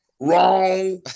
Wrong